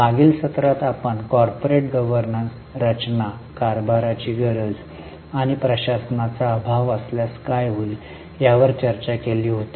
मागील सत्रात आपण कॉर्पोरेट गव्हर्नन्स रचना कारभाराची गरज आणि प्रशासनाचा अभाव असल्यास काय होईल यावर चर्चा केली होती